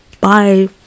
Bye